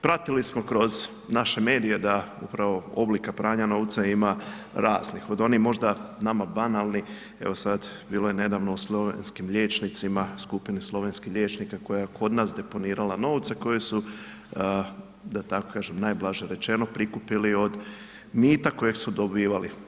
Pratili smo kroz naše medije da upravo oblika pranja novca ima raznih, od onih nama možda banalnih, evo sad bilo je nedavno o slovenskim liječnicima, skupini slovenskih liječnika koja je kod nas deponirala novce, koje su da tako kažem, najblaže rečeno, prikupili od mita kojeg su dobivali.